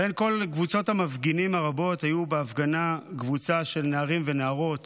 בין כל קבוצות המפגינים הרבות היו בהפגנה קבוצה של נערים ונערות,